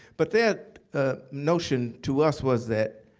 but that ah notion to us was that,